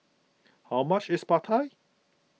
how much is Pad Thai